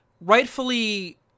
rightfully –